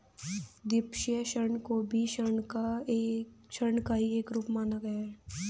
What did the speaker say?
द्विपक्षीय ऋण को भी ऋण का ही एक रूप माना गया है